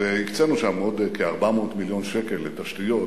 והקצינו שם עוד כ-400 מיליון שקל לתשתיות,